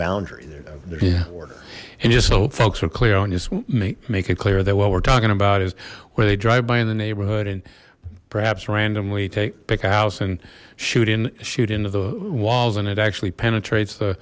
boundaries and just so folks were clear on just make it clear that what we're talking about is where they drive by in the neighborhood and perhaps randomly take pick house and shoot in shoot into the walls and it actually penetrates the